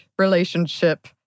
Relationship